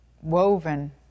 woven